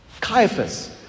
Caiaphas